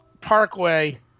Parkway